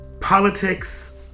politics